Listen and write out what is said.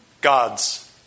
God's